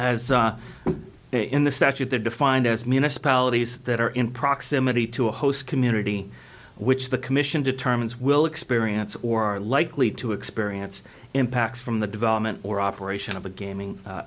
as in the statute they're defined as municipalities that are in proximity to a host community which the commission determines will experience or are likely to experience impacts from the development or operation of the gaming